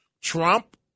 Trump